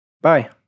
bye